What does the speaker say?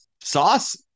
Sauce